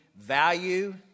value